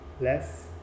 less